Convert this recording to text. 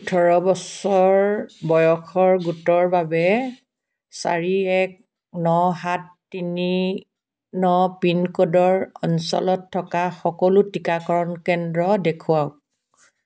ওঠৰ বছৰ বয়সৰ গোটৰ বাবে চাৰি এক ন সাত তিনি ন পিনক'ডৰ অঞ্চলত থকা সকলো টীকাকৰণ কেন্দ্ৰ দেখুৱাওক